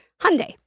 Hyundai